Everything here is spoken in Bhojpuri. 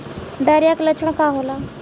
डायरिया के लक्षण का होला?